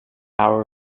hour